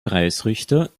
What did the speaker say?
preisrichter